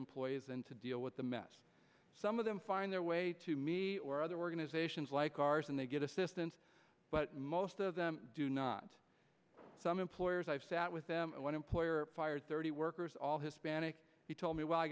employees and to deal with the mess some of them find their way to me or other organizations like ours and they get assistance but most of them do not some employers i've sat with them and one employer fired thirty workers all his he told me w